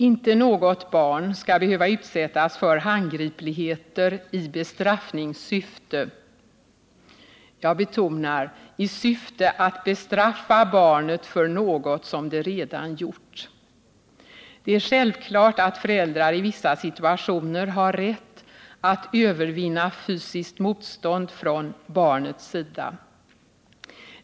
Inte något barn skall behöva utsättas för handgripligheter i bestraffningssyfte — jag betonar: i syfte att bestraffa barnet för något som det redan gjort. Det är självklart att föräldrar i vissa situationer har rätt att övervinna fysiskt motstånd från barnets sida.